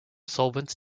solvents